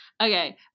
Okay